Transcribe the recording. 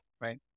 right